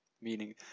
meaning